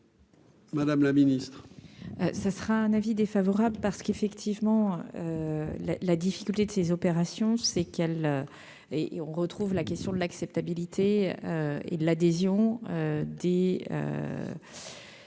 Madame la Ministre.